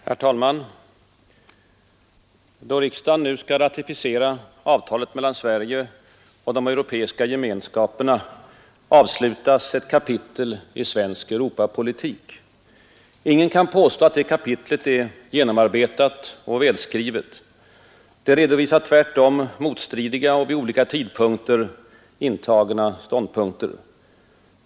Herr talman! Då riksdagen nu skall ratificera avtalet mellan Sverige och de europeiska gemenskaperna, avslutas ett kapitel i svensk Europapolitik. Ingen kan påstå att detta kapitel är genomarbetat och välskrivet. Det redovisar tvärtom motstridiga, vid olika tidpunkter intagna ståndpunkter.